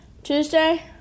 Tuesday